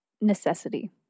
necessity